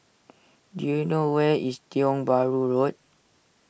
do you know where is Tiong Bahru Road